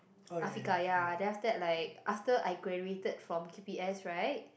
Afiqah ya then after like after I graduated from Q_P_S right